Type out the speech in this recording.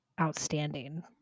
outstanding